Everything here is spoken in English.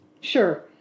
Sure